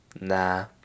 nah